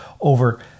over